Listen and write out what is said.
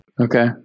Okay